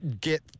get